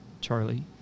Charlie